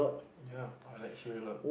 ya I like chill a lot